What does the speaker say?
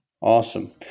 Awesome